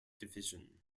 division